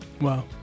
Wow